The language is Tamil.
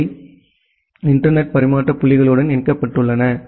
அவை இன்டர்நெட் பரிமாற்ற புள்ளிகளுடன் இணைக்கப்பட்டுள்ளன